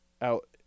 out